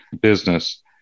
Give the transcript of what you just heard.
business